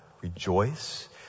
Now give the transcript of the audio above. rejoice